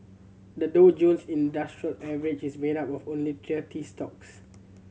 the Dow Jones Industrial Average is made up of only thirty stocks